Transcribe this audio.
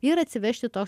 ir atsivežti tuos